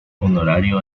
honorario